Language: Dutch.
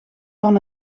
van